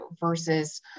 versus